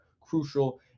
Crucial